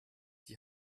die